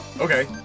okay